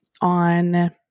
on